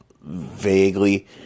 vaguely